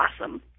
awesome